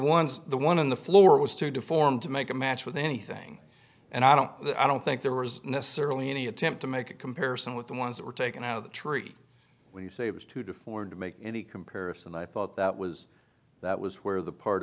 ones the one on the floor was too deformed to make a match with anything and i don't i don't think there was necessarily any attempt to make a comparison with the ones that were taken out of the tree when you say it was too deformed to make any comparison i thought that was that was where the part